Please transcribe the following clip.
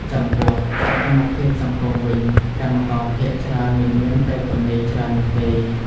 ចំពោះ សកម្មភាពសង្គម វិញ កម្មករភាគច្រើនមិនមានពេលទំនេរច្រើននោះទេ។